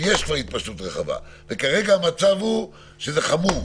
כזה שיש התפשטות רחבה וכרגע המצב הוא שזה חמור